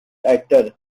actor